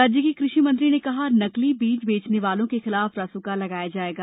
राज्य के कृषि मंत्री ने कहा कि नकली बीज बेंचने वालो के खिलाफ रासुका लगाया जाएगा